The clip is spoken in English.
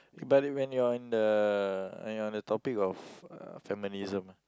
when you're in the when you're in the topic of uh feminism ah